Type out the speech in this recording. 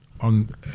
on